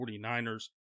49ers